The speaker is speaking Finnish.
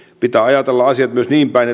pitää ajatella asiat myös niinpäin